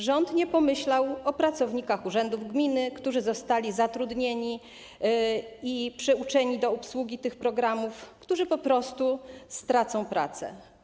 Rząd nie pomyślał o pracownikach urzędów gminy, którzy zostali zatrudnieni i przyuczeni do obsługi tych programów, a którzy teraz po prostu stracą pracę.